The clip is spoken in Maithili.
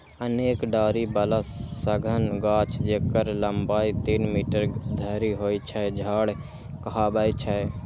अनेक डारि बला सघन गाछ, जेकर लंबाइ तीन मीटर धरि होइ छै, झाड़ कहाबै छै